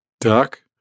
Duck